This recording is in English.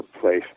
place